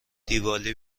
دیوالی